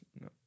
no